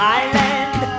island